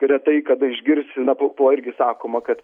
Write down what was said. retai kada išgirsiu na po poelgius sakoma kad